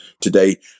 today